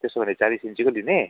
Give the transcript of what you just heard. त्यसो भने चालिस इन्चीको लिने